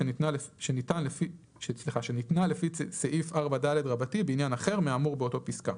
שניתנה לפי סעיף 4ד בעניין אחר מהאמור באותה פסקה.""